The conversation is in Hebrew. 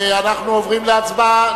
אנחנו עוברים להצבעה.